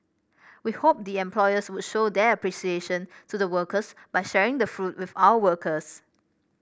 we hope the employers would show their appreciation to the workers by sharing the fruit with our workers